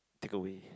take away